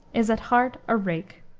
is at heart a rake.